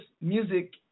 music